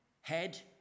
head